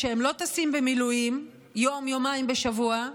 כשהם לא טסים במילואים יום-יומיים בשבוע,